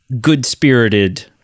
good-spirited